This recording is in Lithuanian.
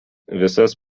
visas